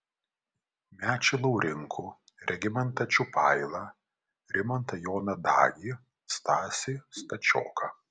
mečį laurinkų regimantą čiupailą rimantą joną dagį stasį stačioką